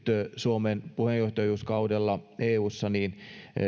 suomen puheenjohtajuuskaudella eussa